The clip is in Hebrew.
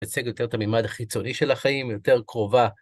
נציג יותר את המימד החיצוני של החיים, יותר קרובה.